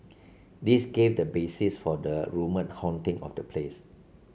this gave the basis for the rumoured haunting of the place